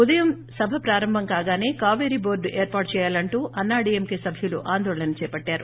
ఉదయం సభ ప్రారంభం కాగానే కాపేరీ బోర్లు ఏర్పాటు చేయాలంటూ అన్నా డీఎంకే సభ్యులు ఆందోళన చేపట్టారు